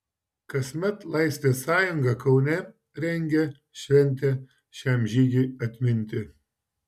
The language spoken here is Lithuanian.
kasmet laisvės sąjunga kaune rengia šventę šiam žygiui atminti